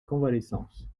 convalescence